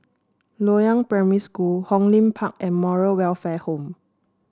Loyang Primary School Hong Lim Park and Moral Welfare Home